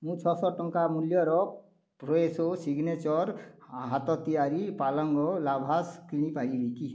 ମୁଁ ଛଅଶହ ଟଙ୍କା ମୂଲ୍ୟର ଫ୍ରେଶୋ ସିଗ୍ନେଚର୍ ହାତ ତିଆରି ପାଳଙ୍ଗ ଲାଭାଶ୍ କିଣି ପାରିବି କି